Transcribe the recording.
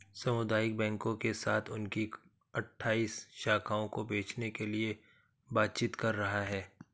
सामुदायिक बैंकों के साथ उनकी अठ्ठाइस शाखाओं को बेचने के लिए बातचीत कर रहा है